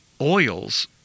oils